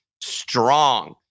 strong